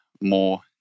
more